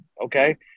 Okay